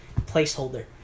placeholder